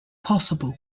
possible